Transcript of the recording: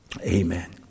Amen